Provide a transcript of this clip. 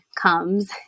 comes